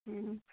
हँ